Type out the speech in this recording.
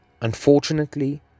Unfortunately